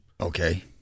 Okay